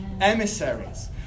emissaries